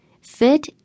Fit